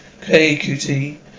KQT